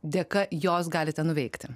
dėka jos galite nuveikti